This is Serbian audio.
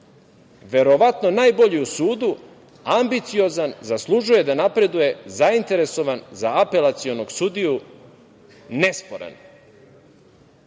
verovatno najbolji u sudu, ambiciozan, zaslužuje da napreduje, zainteresovan za apelacionog sudiju, nesporan.Za